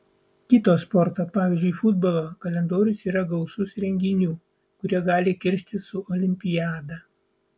kito sporto pavyzdžiui futbolo kalendorius yra gausus renginių kurie gali kirstis su olimpiada